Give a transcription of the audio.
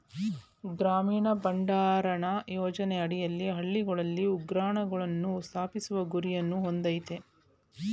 ಗ್ರಾಮೀಣ ಭಂಡಾರಣ ಯೋಜನೆ ಅಡಿಯಲ್ಲಿ ಹಳ್ಳಿಗಳಲ್ಲಿ ಉಗ್ರಾಣಗಳನ್ನು ಸ್ಥಾಪಿಸುವ ಗುರಿಯನ್ನು ಹೊಂದಯ್ತೆ